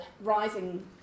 rising